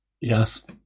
Yes